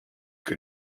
que